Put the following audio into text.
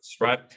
right